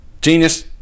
Genius